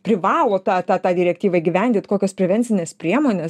privalo tą tą tą direktyvą įgyvendint kokios prevencinės priemonės